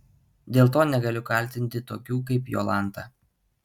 dėl to negaliu kaltinti tokių kaip jolanta